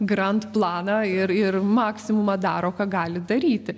grand planą ir ir maksimumą daro ką gali daryti